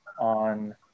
on